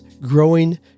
growing